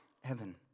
heaven